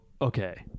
okay